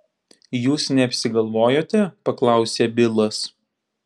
jūs neapsigalvojote paklausė bilas